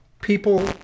people